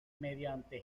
mediante